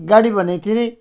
गाडी भनेको थिएँ नि